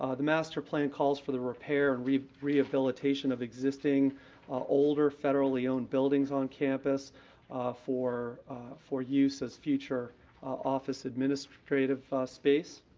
ah the master plan calls for the repair and rehabilitation of existing older federally-owned buildings on campus for for use as future office administrative space.